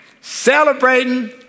celebrating